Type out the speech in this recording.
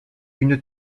une